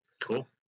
cool